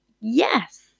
yes